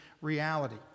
reality